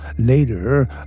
Later